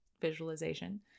visualization